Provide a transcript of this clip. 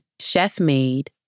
chef-made